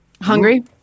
Hungry